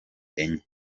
enye